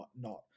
whatnot